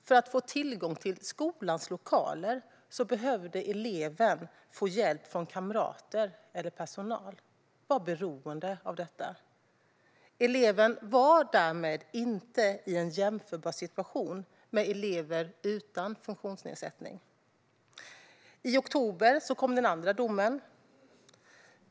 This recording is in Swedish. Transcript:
För att få tillgång till skolans lokaler behövde eleven få hjälp från kamrater eller personal. Eleven var beroende av detta och var därmed inte i en situation som är jämförbar med den som råder för elever utan funktionsnedsättning. I oktober kom den andra domen.